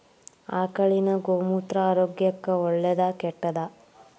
ಆಕಳಿನ ಗೋಮೂತ್ರ ಆರೋಗ್ಯಕ್ಕ ಒಳ್ಳೆದಾ ಕೆಟ್ಟದಾ?